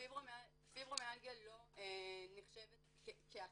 פיברומיאלגיה לא נחשבת כהתוויה,